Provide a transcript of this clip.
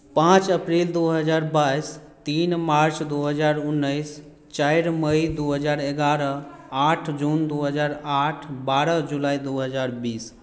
पाँच अप्रिल दू हजार बाइस तीन मार्च दू हजार उन्नैस चारि मई दू हजार एगारह आठ जून दू हजार आठ बारह जुलाई दू हजार बीस